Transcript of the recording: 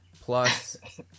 plus